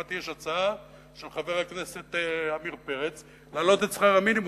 שמעתי שיש הצעה של חבר הכנסת עמיר פרץ להעלות את שכר המינימום.